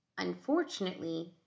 Unfortunately